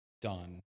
done